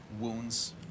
wounds